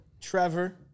Trevor